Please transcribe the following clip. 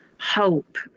Hope